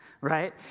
right